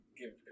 give